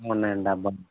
ఉన్నాయండి డబ్బా